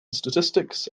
statistics